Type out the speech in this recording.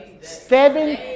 Seven